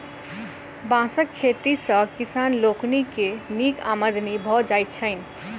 बाँसक खेती सॅ किसान लोकनि के नीक आमदनी भ जाइत छैन